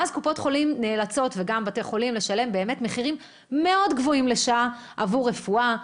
ואז קופות החולים נאלצות לשלם מחירים מאוד גבוהים לשעה עבור רפואה.